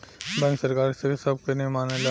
bank सरकार के सब नियम के मानेला